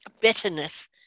bitterness